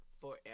forever